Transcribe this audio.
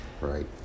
Right